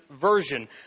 Version